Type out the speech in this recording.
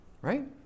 Right